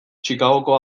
chicagoko